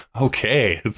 okay